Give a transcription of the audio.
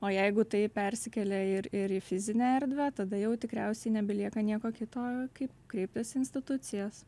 o jeigu tai persikelia ir į ir į fizinę erdvę tada jau tikriausiai nebelieka nieko kito kaip kreiptis į institucijas